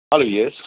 hello yes